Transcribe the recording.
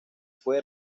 fue